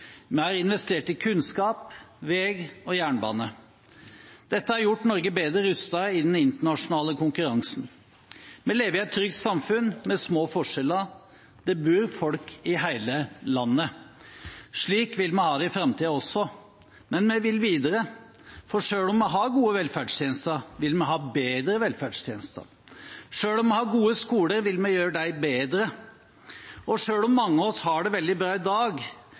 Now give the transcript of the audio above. Vi har investert i kunnskap, vei og jernbane. Dette har gjort Norge bedre rustet i den internasjonale konkurransen. Vi lever i et trygt samfunn med små forskjeller, og det bor folk i hele landet. Slik vil vi ha det i framtiden også, men vi vil videre. For selv om vi har gode velferdstjenester, vil vi ha bedre velferdstjenester. Selv om vi har gode skoler, vil vi gjøre dem bedre. Og selv om mange av oss har det veldig bra i dag,